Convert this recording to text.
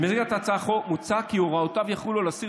במסגרת הצעת החוק הוצע כי הוראותיו יחולו על אסיר